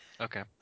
Okay